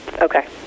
Okay